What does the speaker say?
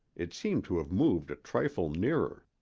it seemed to have moved a trifle nearer.